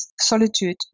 solitude